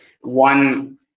one